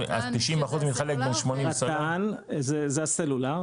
רט"ן זה הסלולר.